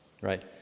right